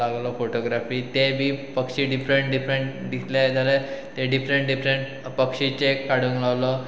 लागलो फोटोग्राफी ते बी पक्षी डिफरंट डिफरंट दिसले जाल्यार ते डिफरंट डिफरंट पक्षीचें काडूंक लागलो